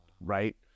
right